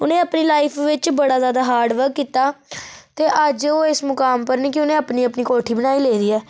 उनें अपनी लाइफ बिच बड़ा ज्यादा हार्ड वर्क कीता ते अज्ज ओह् इस मकाम पर ने के उनें अपनी अपनी कोठी बनाई लेदी ऐ